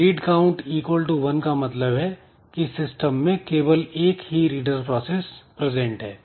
"read count" equal to 1 का मतलब है कि सिस्टम में केवल एक ही रीडर प्रोसेस प्रजेंट है